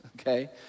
okay